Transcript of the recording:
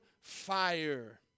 fire